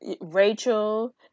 Rachel